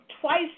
twice